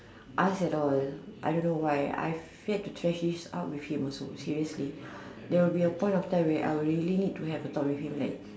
ask at all I don't know why I feel like trash this out with him also seriously there will be a point of time where I'll really need to have a talk with him like